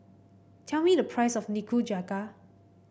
tell me the price of Nikujaga